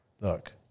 look